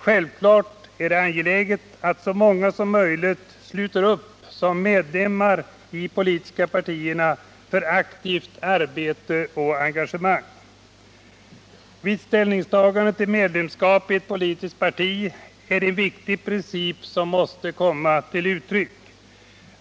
Självfallet är det angeläget att så många som möjligt sluter upp som medlemmar i de politiska partierna för aktivt arbete och engagemang. Vid ställningstagandet till frågan om medlemskap i ett politiskt parti måste en viktig princip komma till uttryck: